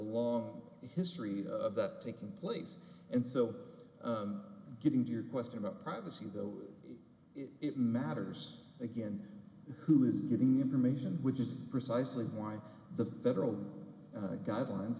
long history of that taking place and still getting to your question about privacy though it matters again who is getting information which is precisely why the federal guidelines